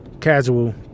casual